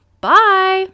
Bye